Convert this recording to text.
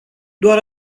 doar